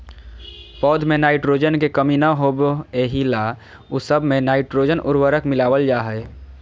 पौध में नाइट्रोजन के कमी न होबे एहि ला उ सब मे नाइट्रोजन उर्वरक मिलावल जा हइ